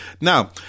Now